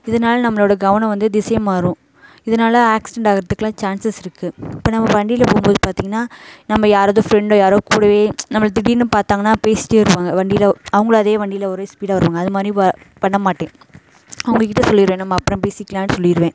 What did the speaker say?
இதனால் நம்மளோடய கவனம் வந்து திசை மாறும் இதனால் ஆக்சிடண்ட் ஆகுறதுக்கெல்லாம் சான்சஸ் இருக்குது இப்போ நம்ம வண்டியில் போகும்போது பார்த்தீங்கன்னா நம்ம யாராவது ஃபிரெண்டு யாரோ கூடவே நம்மளை திடீர்னு பார்த்தாங்கன்னா பேசிட்டே வருவாங்க வண்டியில் அவங்களும் அதே வண்டியில் ஒரே ஸ்பீடாக வருவாங்க அதுமாதிரியும் வ பண்ணமாட்டேன் அவங்ககிட்ட சொல்லிவிடுவேன் நம்ம அப்புறம் பேசிக்கலாம்ன்னு சொல்லிடுவேன்